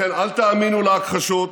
לכן אל תאמינו להכחשות,